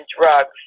drugs